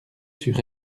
sur